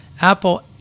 Apple